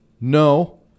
No